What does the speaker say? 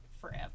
forever